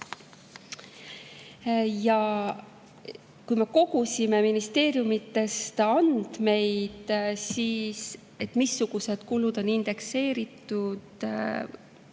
Kui me kogusime ministeeriumidest andmeid, missugused kulud on indekseeritud